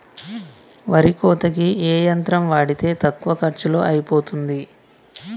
వరి కోతకి ఏ యంత్రం వాడితే తక్కువ ఖర్చులో అయిపోతుంది?